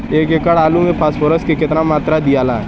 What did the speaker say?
एक एकड़ आलू मे फास्फोरस के केतना मात्रा दियाला?